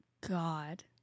god